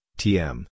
tm